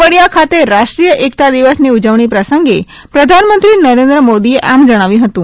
કેવડીયા ખાતે રાષ્ટ્રીય એકતા દિવસની ઉજવણી પ્રસંગે પ્રધાનમંત્રી નરેન્દ્ર મોદીએ આમ જણાવ્યું હતું